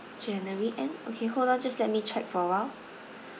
january end okay hold on just let me check for a while